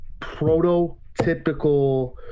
prototypical